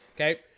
okay